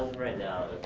right now,